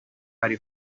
ari